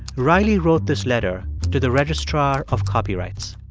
riley wrote this letter to the registrar of copyrights.